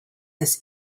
this